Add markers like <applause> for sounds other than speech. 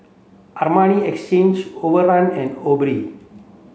Armani Exchange Overrun and <unintelligible>